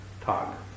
talk